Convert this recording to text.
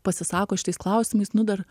pasisako šitais klausimais nu dar